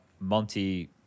Monty